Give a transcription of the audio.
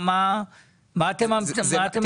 מה אתם ממליצים לו?